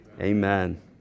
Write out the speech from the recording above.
amen